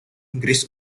inggris